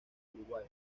uruguay